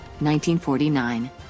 1949